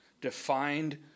defined